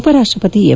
ಉಪರಾಷ್ಟ್ರಪತಿ ಎಂ